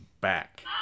Back